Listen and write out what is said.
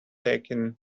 taking